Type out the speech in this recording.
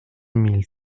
mille